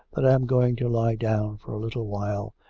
that i am going to lie down for a little while,